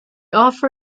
offer